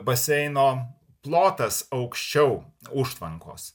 baseino plotas aukščiau užtvankos